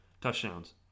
Touchdowns